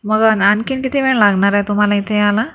मग न आणखी किती वेळ लागणार आहे तुम्हाला इथं यायला